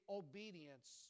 obedience